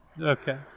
Okay